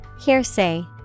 Hearsay